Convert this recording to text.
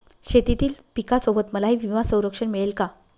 शेतीतील पिकासोबत मलाही विमा संरक्षण मिळेल का?